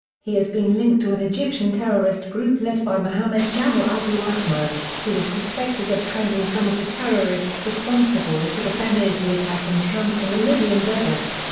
he has been linked to an egyptian terrorist group led by muhammad jamal abu ahmad, who is suspected of training some of the terrorists responsible for the benghazi attack in camps in the libyan desert.